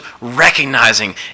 recognizing